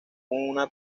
una